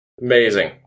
Amazing